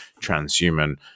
Transhuman